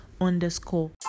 underscore